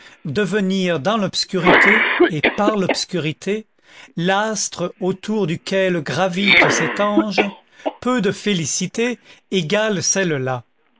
infirme devenir dans l'obscurité et par l'obscurité l'astre autour duquel gravite cet ange peu de félicités égalent celle-là